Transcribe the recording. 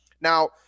Now